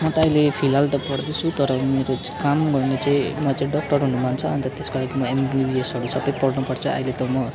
म त अहिले फिलहाल त पढ्दैछु तर मेरो काम गर्ने चाहिँ म चाहिँ डक्टर हुनु मन छ अन्त त्यसको लागि एमबिबिएसहरू सबै पढ्नु पर्छ अहिले त म